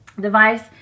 device